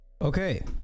Okay